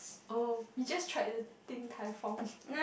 oh you just try Din-Tai-Fung